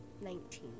Nineteen